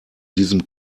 diesem